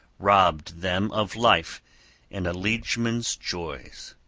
robbed them of life and a liegeman's joys.